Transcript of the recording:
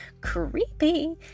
Creepy